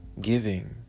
Giving